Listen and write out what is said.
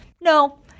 no